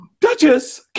Duchess